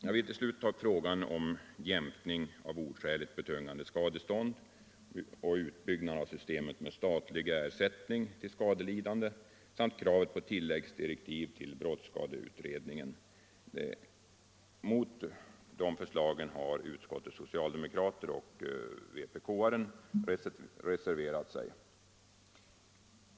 Jag vill till slut ta upp frågan om jämkning av oskäligt betungande skadestånd och utbyggnad av systemet med statlig ersättning till skadelidande samt kravet på tilläggsdirektiv till brottsskadeutredningen. Mot dessa förslag har utskottets socialdemokrater och vpk-representanten reserverat sig.